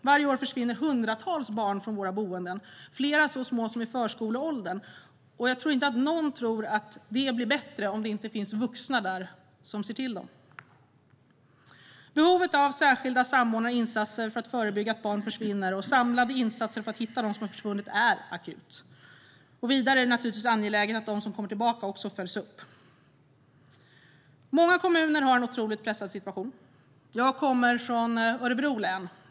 Varje år försvinner hundratals barn från våra boenden, flera så små som i förskoleåldern. Jag tror inte att någon tror att det blir bättre om det inte finns vuxna där som ser till dem. Behovet av särskilda samordnande insatser för att förebygga att barn försvinner och samlade insatser för att hitta dem som har försvunnit är akut. Vidare är det naturligtvis angeläget att de som kommer tillbaka följs upp. Många kommuner har en otroligt pressad situation. Jag kommer från Örebro län.